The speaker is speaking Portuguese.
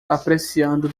apreciando